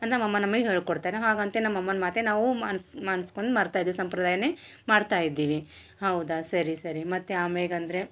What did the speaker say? ಅದು ನಮ್ಮಮ್ಮ ನಮಗೆ ಹೇಳ್ಕೊಡ್ತಾರ ಹಾಗಂತೆ ನಮ್ಮಮ್ಮನ ಮಾತೆ ನಾವು ಮನ್ಸು ಮನ್ಸು ಬಂದು ಮಾಡ್ತಾ ಇದೀವಿ ಸಂಪ್ರದಾಯನೆ ಮಾಡ್ತಾ ಇದ್ದೀವಿ ಹೌದಾ ಸರಿ ಸರಿ ಮತ್ತೆ ಆಮೇಗಂದರೆ